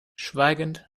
schweigend